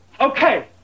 Okay